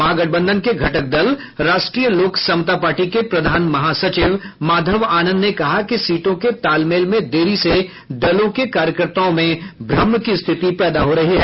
महागठबंधन के घटक दल राष्ट्रीय लोक समता पार्टी के प्रधान महासचिव माधव आनंद ने कहा कि सीटों के तालमेल में देरी से दलों के कार्यकर्ताओं में भ्रम की स्थिति पैदा हो रही है